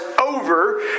over